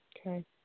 Okay